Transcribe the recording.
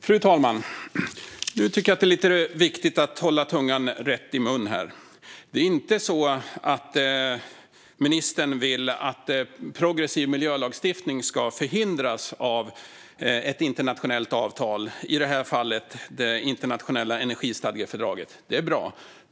Fru talman! Nu tycker jag att det är lite viktigt att hålla tungan rätt i mun. Ministern vill inte att progressiv miljölagstiftning ska förhindras av ett internationellt avtal, i det här fallet det internationella energistadgefördraget, och det är bra.